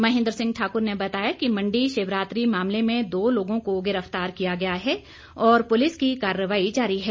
महेन्द्र सिंह ठाकुर ने बताया कि मंडी शिवरात्रि मामले में दो लोगों को गिरफ्तार किया गया है और पुलिस की कार्रवाई जारी है